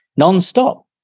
nonstop